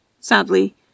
Sadly